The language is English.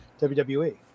WWE